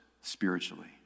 spiritually